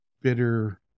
bitter